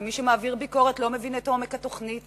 ומי שמעביר ביקורת לא מבין את עומק התוכנית,